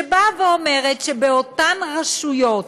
שבאה ואומרת שבאותן רשויות